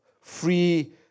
free